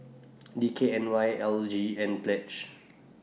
D K N Y L G and Pledge